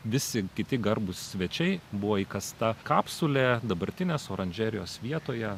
visi kiti garbūs svečiai buvo įkasta kapsulė dabartinės oranžerijos vietoje